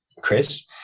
chris